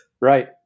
right